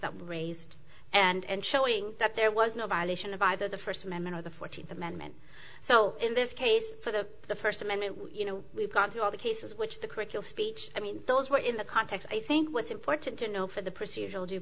that were raised and showing that there was no violation of either the first amendment or the fourteenth amendment so in this case for the first amendment you know we've gone through all the cases which the curriculum speech i mean those were in the context i think what's important to know for the procedur